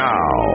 Now